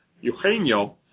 Eugenio